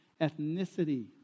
ethnicity